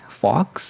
fox